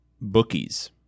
Bookies